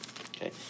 Okay